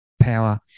power